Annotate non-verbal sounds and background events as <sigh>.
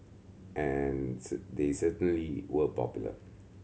and <unintelligible> they certainly were popular